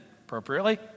appropriately